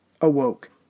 awoke